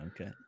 okay